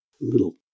little